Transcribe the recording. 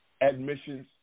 admissions